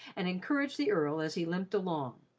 and encouraged the earl as he limped along.